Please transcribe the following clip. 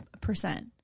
percent